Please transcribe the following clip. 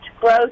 growth